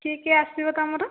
କିଏ କିଏ ଆସିବ ତୁମର